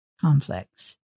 conflicts